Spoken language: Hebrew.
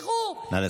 ותמשיכו, נא לסיים.